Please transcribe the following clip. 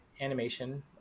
animation